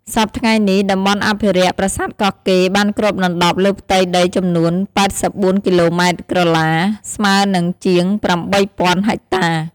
សព្វថ្ងៃនេះតំបន់អភិរក្ស ប្រាសាទកោះកេរ្តិ៍បានគ្របដណ្តប់លើផ្ទៃដីចំនួន ៨៤គីឡូម៉ែត្រក្រឡា ស្មើនិងជាង៨០០០ហិកតា។